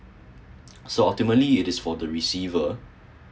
so ultimately it is for the receiver